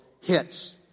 hits